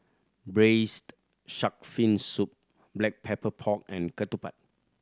Braised Shark Fin Soup Black Pepper Pork and ketupat